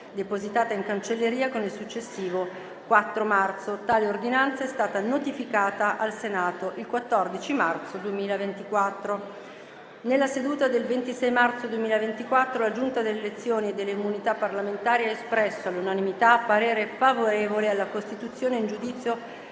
depositata in cancelleria il successivo 4 marzo. Tale ordinanza è stata notificata al Senato il 14 marzo 2024. Nella seduta del 26 marzo 2024 la Giunta delle elezioni e delle immunità parlamentari ha espresso all'unanimità parere favorevole alla costituzione in giudizio